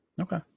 Okay